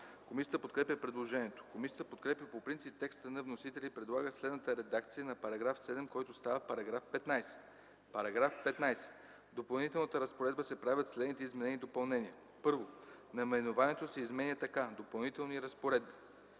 Комисията подкрепя предложението. Комисията подкрепя по принцип текста на вносителя и предлага следната редакция на § 7, който става § 15: „§ 15. В Допълнителната разпоредба се правят следните изменения и допълнения: 1. Наименованието се изменя така: „Допълнителни разпоредби”.